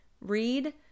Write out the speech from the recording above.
Read